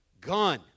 gun